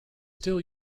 still